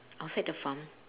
outside the farm